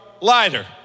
lighter